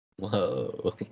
Whoa